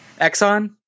Exxon